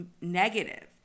negative